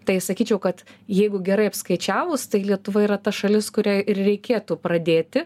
tai sakyčiau kad jeigu gerai apskaičiavus tai lietuva yra ta šalis kurią ir reikėtų pradėti